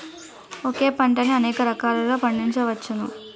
ఒకే పంటని అనేక రకాలలో పండించ్చవచ్చును